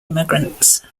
immigrants